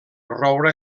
roure